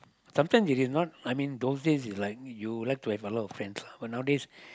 sometimes you did not I mean those days is like you like to have a lot of friends but nowadays